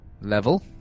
level